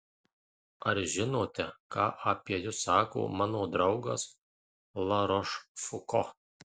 ar žinote ką apie jus sako mano draugas larošfuko